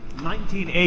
nineteen eighty